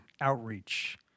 outreach